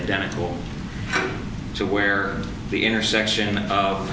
identical to where the intersection